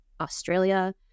Australia